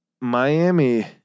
Miami